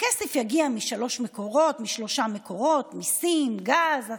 הכסף יגיע משלושה מקורות: מיסים, גז,